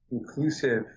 inclusive